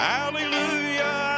Hallelujah